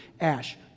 ash